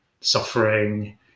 suffering